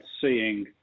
seeing